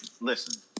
listen